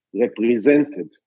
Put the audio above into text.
represented